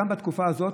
גם בתקופה הזאת,